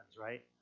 right